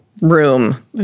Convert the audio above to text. Room